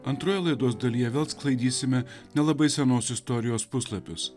antroje laidos dalyje vėl sklaidysime nelabai senos istorijos puslapius